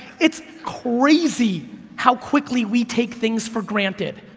it's crazy how quickly we take things for granted.